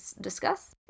discuss